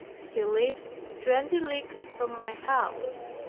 he lived twenty leagues from my house.